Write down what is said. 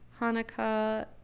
Hanukkah